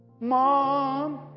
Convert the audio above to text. Mom